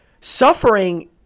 suffering